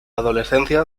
adolescencia